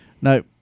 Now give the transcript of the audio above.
No